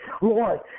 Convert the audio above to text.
Lord